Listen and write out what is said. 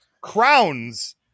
crowns